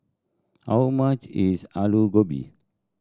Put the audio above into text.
how much is Alu Gobi